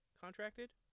contracted